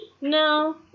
No